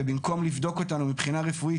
ובמקום לבדוק אותנו מבחינה רפואית,